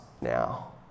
now